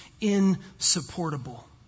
insupportable